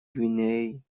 гвинеей